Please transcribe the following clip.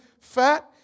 fat